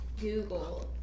Google